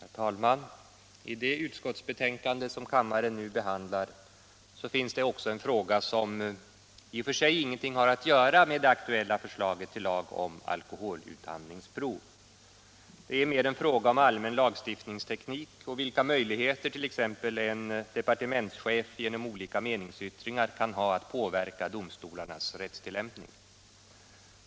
Herr talman! I det utskottsbetänkande som kammaren nu behandlar finns också en fråga, som i och för sig inget har att göra med det aktuella förslaget till lag om alkoholutandningsprov. Det är mer en fråga om allmän lagstiftningsteknik och vilka möjligheter t.ex. en departementschef genom olika meningsyttringar kan ha att påverka domstolarnas rättstillämpning.